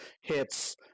hits